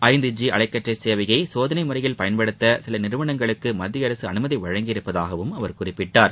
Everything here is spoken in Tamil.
ஐந்து ஜி அலைக்கற்றை சேவையை சோதனை முறையில் பயன்படுத்த சில நிறுவனங்களுக்கு மத்திய அரசு அனுமதி வழங்கியுள்ளதாகவும் அவர் குறிப்பிட்டார்